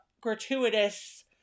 gratuitous